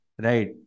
right